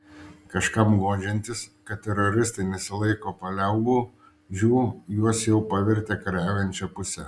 kažkam guodžiantis kad teroristai nesilaiko paliaubų žiū juos jau pavertė kariaujančia puse